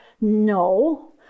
No